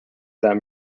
that